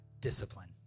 discipline